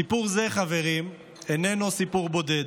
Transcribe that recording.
סיפור זה, חברים, איננו סיפור בודד.